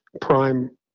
prime